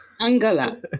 Angela